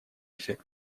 эффект